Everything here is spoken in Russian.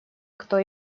кто